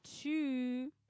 two